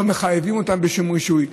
לא מחייבים אותם בשום רישוי.